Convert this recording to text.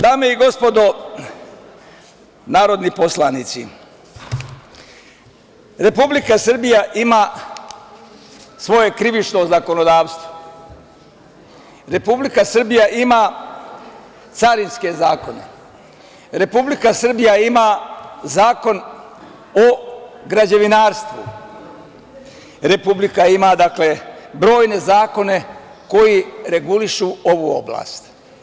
Dame i gospodo narodni poslanici, Republika Srbija ima svoje krivično zakonodavstvo, Republika Srbija ima carinske zakone, Republika Srbija ima Zakon o građevinarstvu, Republika, dakle, ima brojne zakone koji regulišu ovu oblast.